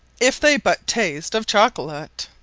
if they but tast of chocolate.